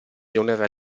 promozione